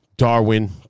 darwin